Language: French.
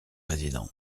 président